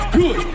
good